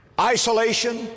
Isolation